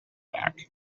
back